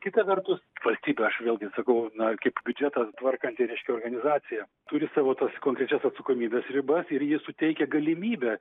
kita vertus valstybė aš vėlgi sakau na kaip biudžetą tvarkanti reiškia organizacija turi savo tas konkrečias atsakomybės ribas ir ji suteikia galimybę